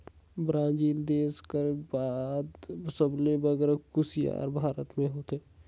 Brazil देस कर बाद सबले बगरा कुसियार भारत में होथे